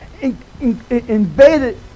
invaded